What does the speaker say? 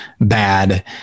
bad